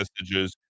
messages